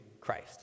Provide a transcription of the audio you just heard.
Christ